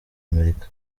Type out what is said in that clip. amerika